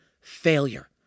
failure